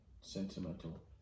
sentimental